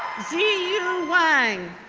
ziyu wang